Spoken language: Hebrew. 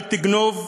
אל תגנוב,